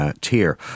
tier